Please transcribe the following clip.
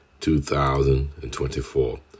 2024